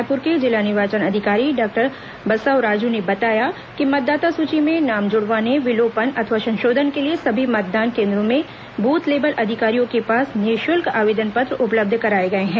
रायपुर के जिला निर्वाचन अधिकारी डॉक्टर बसव राजू ने बताया कि मतदाता सूची में नाम जुड़वाने विलोपन अथवा संशोधन के लिए सभी मतदान केन्द्रों में बूथ लेबल अधिकारियों के पास निःशुल्क आवेदन पत्र उपलब्ध कराए गए हैं